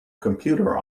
computer